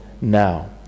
now